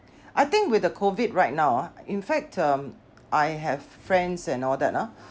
I think with the COVID right now ah in fact um I have friends and all that ah